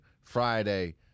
Friday